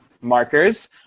Markers